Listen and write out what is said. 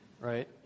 right